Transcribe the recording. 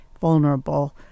vulnerable